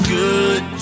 good